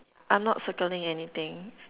I'm not circling anything